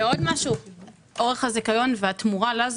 וגם התמורה לזיכיון.